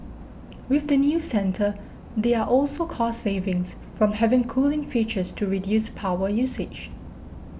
with the new centre there are also cost savings from having cooling features to reduce power usage